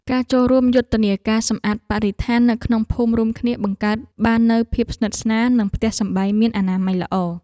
ការចូលរួមយុទ្ធនាការសម្អាតបរិស្ថាននៅក្នុងភូមិរួមគ្នាបង្កើតបាននូវភាពស្និទ្ធស្នាលនិងផ្ទះសម្បែងមានអនាម័យល្អ។